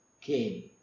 came